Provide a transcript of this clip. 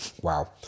Wow